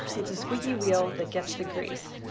it's a squeaky wheel that gets the grease.